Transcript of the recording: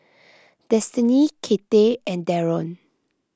Destiney Cathy and Darryn